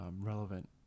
relevant